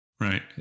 Right